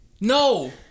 No